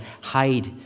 hide